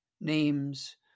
names